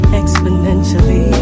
exponentially